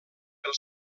pel